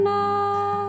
now